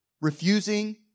refusing